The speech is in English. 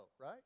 right